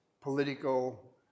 political